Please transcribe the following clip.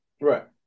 Right